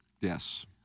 Yes